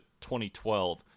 2012